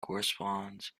corresponds